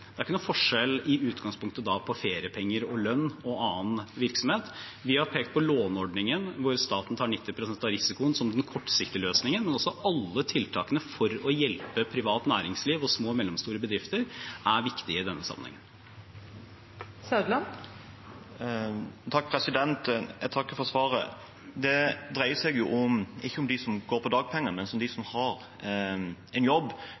Det er ikke i utgangspunktet noen forskjell på feriepenger og lønn og annen virksomhet. Vi har pekt på låneordningen, hvor staten tar 90 pst. av risikoen, som den kortsiktige løsningen, men også alle tiltakene for å hjelpe et privat næringsliv og små og mellomstore bedrifter er viktige i denne sammenhengen. Jeg takker for svaret. Det dreier seg jo ikke om dem som går på dagpenger, men om dem som har en jobb,